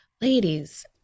ladies